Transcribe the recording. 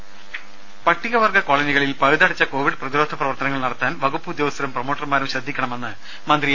രുഭ പട്ടികവർഗ കോളനികളിൽ പഴുതടച്ച കോവിഡ് പ്രതിരോധ പ്രവർത്തനങ്ങൾ നടത്താൻ വകുപ്പ് ഉദ്യോഗസ്ഥരും പ്രമോട്ടർമാരും ശ്രദ്ധിക്കണമെന്ന് മന്ത്രി എ